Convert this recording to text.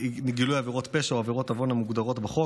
גילוי עבירות פשע או עבירות עוון המוגדות בחוק